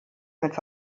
mit